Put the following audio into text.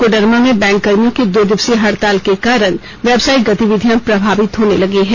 कोडरमा में बैंक कर्मियों के दो दिवसीय हड़ताल के कारण व्यवसायिक गतिविधियां प्रभावित होने लगी है